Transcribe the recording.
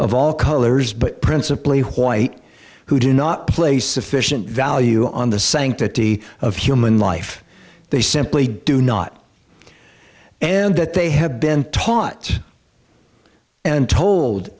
of all colors but principally white who do not play sufficient value on the sanctity of human life they simply do not and that they have been taught and told